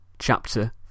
Chapter